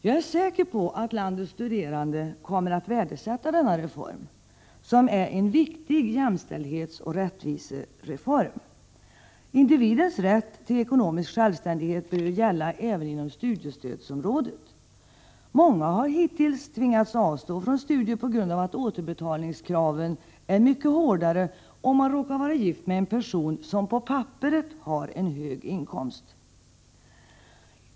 Jag är säker på att landets studerande kommer att värdesätta denna reform och betrakta den som en viktig jämställdhetsoch rättvisereform. Individens rätt till ekonomisk självständighet bör ju gälla även inom studiestödsområdet. Många har hittills tvingats avstå från studier på grund av att återbetalningskraven är mycket hårdare, om man råkar vara gift med en person som på papperet har hög inkomst.